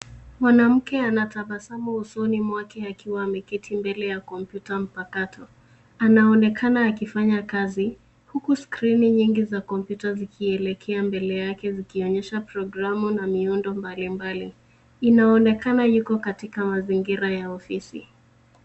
Mwanamke anatabasamu usoni mwake akiwa ameketi mbele ya kompyuta mpakato. Anaonekana akifanya kazi huku skrini nyingi za kompyuta zikielekea mbele yake zikionyesha programu na miundo mbalimbali. Inaonekana yuko katika mazingira ya ofisi.